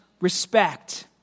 respect